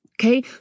Okay